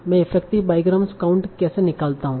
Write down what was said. मैं effective bigram count कैसे निकालता हूं